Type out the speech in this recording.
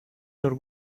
your